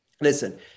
listen